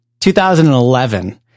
2011